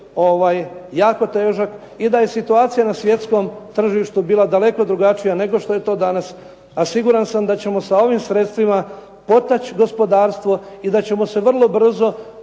jako težak i da je situacija na svjetskom tržištu bila daleko drugačija nego što je to danas a siguran sam da ćemo sa ovim sredstvima potaći gospodarstvo i da ćemo se vrlo brzo